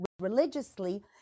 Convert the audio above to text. religiously